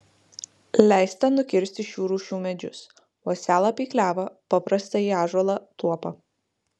leista nukirsti šių rūšių medžius uosialapį klevą paprastąjį ąžuolą tuopą